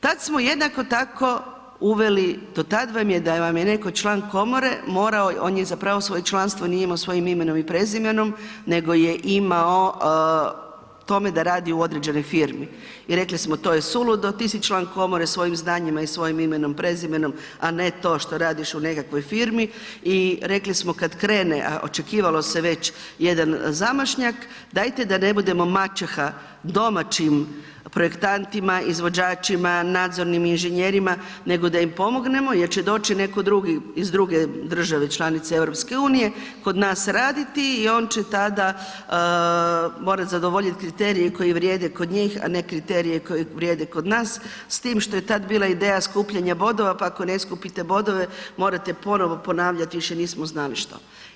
Tad smo jednako tako uveli, do tad vam je da netko član komore, morao, on je zapravo svoje članstvo nije imao svojim imenom i prezimenom, nego je imao u tome da radi u određenoj firmi i rekli smo to je suludo, ti si član komore, svojim znanjima i svojim imenom i prezimenom a ne to što radiš u nekakvoj firmi i rekli smo kad krene a očekivalo se već jedan zamašnjak, dajte da ne budemo maćeha domaćim projektantima, izvođačima, nadzornim inženjerima nego da im pomognemo jer će doći netko drugi iz druge države članice EU-a kod nas raditi i on će tada morat zadovoljit kriterije koji vrijede kod njih a ne kriterije koji vrijede kod nas s time što je tad bila ideja skupljanja bodova pa ako ne skupite bodove, morate ponovo ponavljati više nismo znali što.